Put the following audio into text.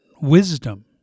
wisdom